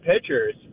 pitchers